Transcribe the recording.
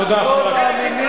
תודה.